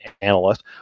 analyst